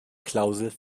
klausel